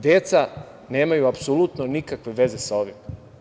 Deca nemaju apsolutno nikakve veze sa ovim.